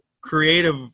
creative